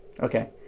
Okay